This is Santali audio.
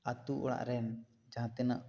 ᱟᱛᱳ ᱚᱲᱟᱜ ᱨᱮᱱ ᱡᱟᱦᱟᱸ ᱛᱤᱱᱟᱹᱜ